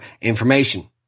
information